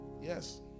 Yes